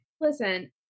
listen